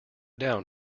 down